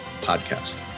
Podcast